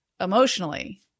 emotionally